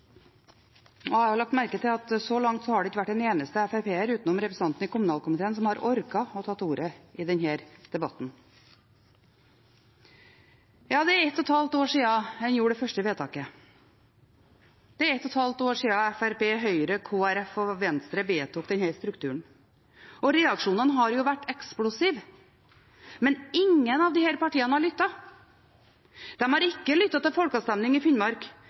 ikke vært en eneste FrP-er, utenom representanten i kommunalkomiteen, som har orket å ta ordet i denne debatten. Det er ett og et halvt år siden man gjorde det første vedtaket. Det er ett og et halvt år siden Høyre, Fremskrittspartiet, Kristelig Folkeparti og Venstre vedtok denne strukturen. Reaksjonene har vært eksplosive. Men ingen av disse partiene har lyttet. De har ikke lyttet til folkeavstemning i Finnmark.